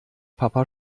papa